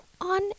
on